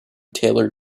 tailored